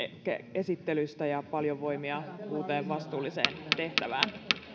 esittelystä ja paljon voimia uuteen vastuulliseen tehtävään